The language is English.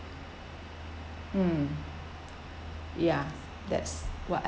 mm ya that's what I